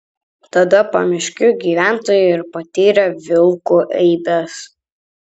tada pamiškių gyventojai ir patyrė vilkų eibes